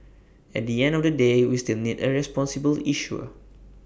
at the end of the day we still need A responsible issuer